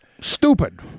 stupid